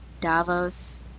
Davos